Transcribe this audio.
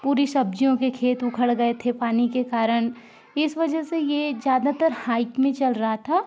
पूरी सब्जियों के खेत उखड़ गए थे पानी के कारण इस वजह से ये ज़्यादातर हाईक में चल रहा था